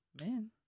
Man